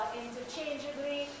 interchangeably